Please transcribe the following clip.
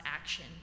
action